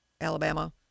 Alabama